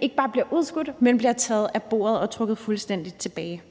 ikke bare bliver udskudt, men bliver taget af bordet og trukket fuldstændig tilbage.